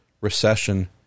recession